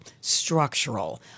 structural